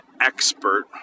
expert